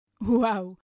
Wow